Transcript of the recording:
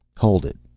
hold it!